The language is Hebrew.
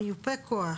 מיופה כוח,